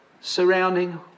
surrounding